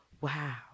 wow